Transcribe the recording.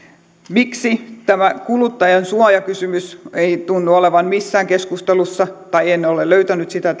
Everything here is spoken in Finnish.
miksi tämä kuluttajansuojakysymys ei tunnu olevan missään keskustelussa tai en ole löytänyt sitä